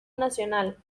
nacional